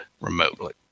remotely